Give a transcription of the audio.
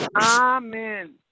Amen